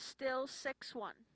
still six one